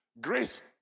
Grace